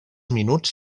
minuts